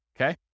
okay